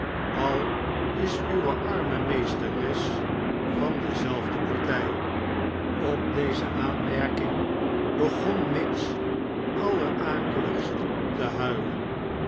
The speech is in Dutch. al is uwe arme meesteres van dezelfde party op deze aanmerking begon miggs allerakeligst te huilen